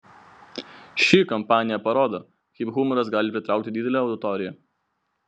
ši kampanija parodo kaip humoras gali pritraukti didelę auditoriją